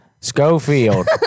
Schofield